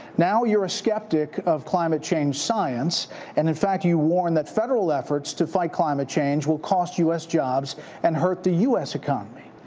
now, you're a skeptic of climate change science. and in fact, you warn that federal efforts to fight climate change will cost u s. jobs and hurt the u s. economy.